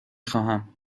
خواهم